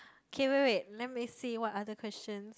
okay wait wait let me see what other questions